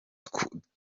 twumvaga